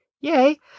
yay